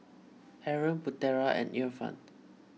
Aaron Putera and Irfan